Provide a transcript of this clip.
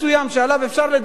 שעליו אפשר לדבר,